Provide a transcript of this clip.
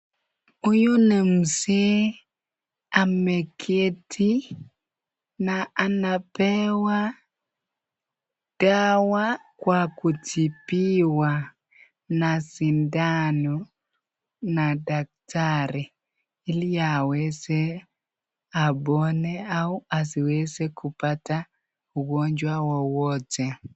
Huyu ni mzee ameketi na anapewa dawa kwa kutibiwa na sindano na daktari ili aweze apone au asiweze kupata ugonjwa wowote.